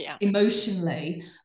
emotionally